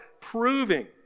proving